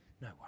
no